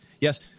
Yes